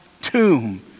tomb